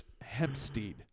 Hempstead